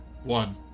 one